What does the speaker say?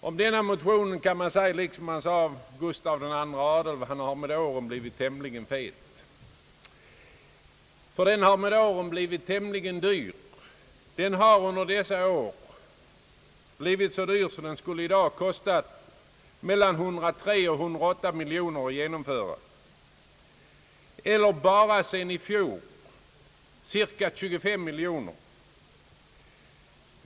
Om denna motion kan man säga detsamma som sagts om Gustaf II Adolf — den har med åren blivit tämligen fet, dvs. den har med åren blivit tämligen dyr, så dyr att det i dag skulle kosta mellan 103 och 108 miljoner kronor att genomföra dess förslag, eller bara sedan i fjol en ökning med cirka 25 miljoner kronor.